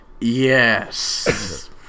Yes